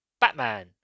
Batman